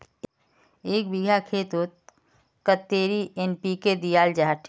एक बिगहा खेतोत कतेरी एन.पी.के दियाल जहा?